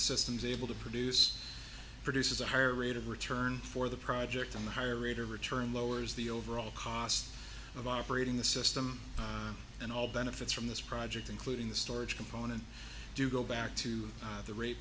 systems able to produce produces a higher rate of return for the project in the higher rate of return lowers the overall cost of operating the system and all benefits from this project including the storage component do go back to the ra